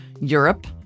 Europe